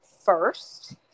first